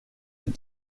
vous